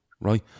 right